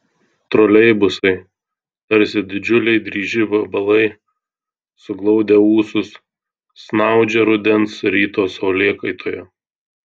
troleibusai tarsi didžiuliai dryži vabalai suglaudę ūsus snaudžia rudens ryto saulėkaitoje